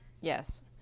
yes